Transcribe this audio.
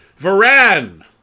Varan